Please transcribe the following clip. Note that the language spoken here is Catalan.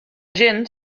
gent